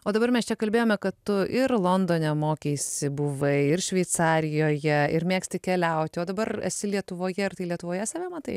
o dabar mes čia kalbėjome kad tu ir londone mokeisi buvai ir šveicarijoje ir mėgsti keliauti o dabar esi lietuvoje ir tai lietuvoje save matai